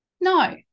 No